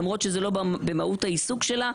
למרות שזה לא במהות העיסוק שלה.